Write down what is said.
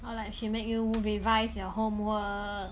or like she make you revise your homework